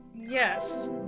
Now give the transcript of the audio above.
Yes